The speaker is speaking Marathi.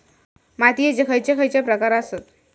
मातीयेचे खैचे खैचे प्रकार आसत?